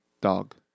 dog